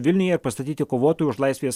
vilniuje pastatyti kovotojų už laisvės